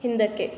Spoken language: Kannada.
ಹಿಂದಕ್ಕೆ